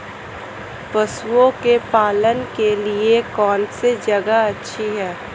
पशुओं के पालन के लिए कौनसी जगह अच्छी है?